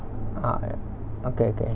ah okay okay